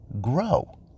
grow